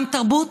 גם תרבות.